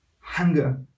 Hunger